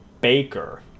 Baker